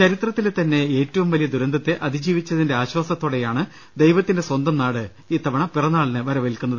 ചരിത്രത്തിലെ തന്നെ ഏറ്റവും വലിയ ദുരന്തത്തെ അതിജീവിച്ചതിന്റെ ആശ്വാസത്തോടെയാണ് ദൈവത്തിന്റെ സ്വന്തം നാട് ഇത്തവണ പിറന്നാളിനെ വരവേല്ക്കുന്നത്